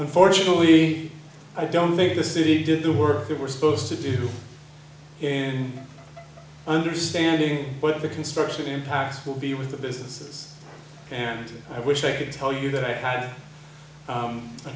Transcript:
unfortunately i don't think the city did the work they were supposed to do in understanding what the construction impacts will be with the businesses and i wish i could tell you that i had